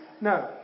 No